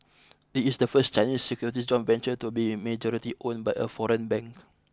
it is the first Chinese securities joint venture to be majority owned by a foreign bank